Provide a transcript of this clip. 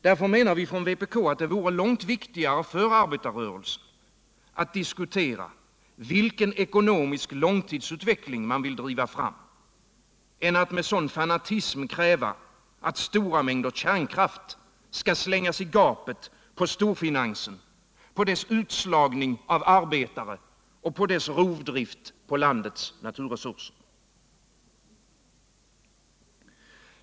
Därför menar vi inom vpk ati det vore långt viktigare för arbetarrörelsen att diskutera vilken ekonomisk långtidsutveckling man vill driva fram än att med sådan fanatism kräva att stora mängder kärnkraft skall slängas i gapet på storfinansen, på dess utslagning av arbetare och på dess rovdrift på landets naturresurser.